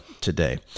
today